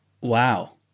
Wow